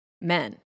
men